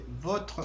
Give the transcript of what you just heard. votre